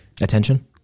Attention